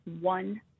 one